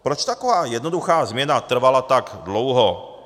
Proč taková jednoduchá změna trvala tak dlouho?